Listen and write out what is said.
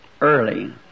early